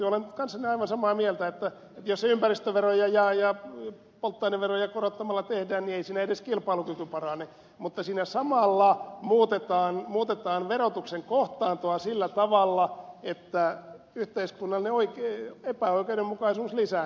olen kanssanne aivan samaa mieltä että jos se ympäristöveroja ja polttoaineveroja korottamalla tehdään niin ei siinä edes kilpailukyky parane mutta siinä samalla muutetaan verotuksen kohtaantoa sillä tavalla että yhteiskunnallinen epäoikeudenmukaisuus lisääntyy